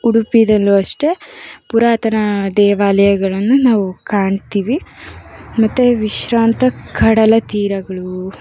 ಉಡುಪಿಯಲ್ಲೂ ಅಷ್ಟೇ ಪುರಾತನ ದೇವಾಲಯಗಳನ್ನು ನಾವು ಕಾಣ್ತೀವಿ ಮತ್ತು ವಿಶ್ರಾಂತ ಕಡಲ ತೀರಗಳು